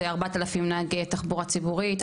זה 4,000 נהגי תחבורה ציבורית,